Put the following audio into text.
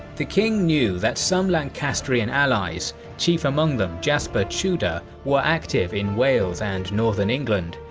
the king knew that some lancastrian allies, chief among them jasper tudor, were active in wales and northern england,